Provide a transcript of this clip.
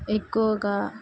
ఎక్కువగా